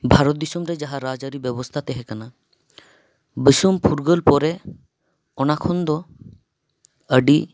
ᱵᱷᱟᱨᱚᱛ ᱫᱤᱥᱚᱢ ᱨᱮ ᱡᱟᱦᱟᱸ ᱨᱟᱡᱽᱼᱟᱹᱨᱤ ᱵᱮᱵᱚᱥᱛᱟ ᱛᱟᱦᱮᱸ ᱠᱟᱱᱟ ᱫᱤᱥᱚᱢ ᱯᱷᱩᱨᱜᱟᱹᱞ ᱯᱚᱨᱮ ᱚᱱᱟ ᱠᱷᱚᱱ ᱫᱚ ᱟᱹᱰᱤ